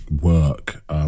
work